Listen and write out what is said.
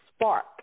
spark